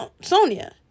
Sonia